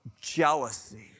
jealousy